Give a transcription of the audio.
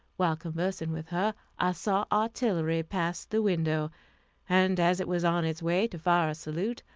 while conversing with her, i saw artillery pass the window and as it was on its way to fire a salute,